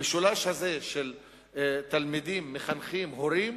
המשולש הזה של תלמידים מחנכים הורים